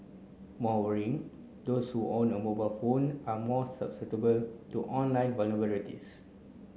more worrying those who own a mobile phone are more susceptible to online